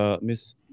Miss